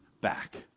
back